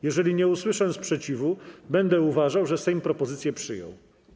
Jeżeli nie usłyszę sprzeciwu, będę uważał, że Sejm propozycję przyjął.